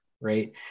Right